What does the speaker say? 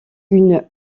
une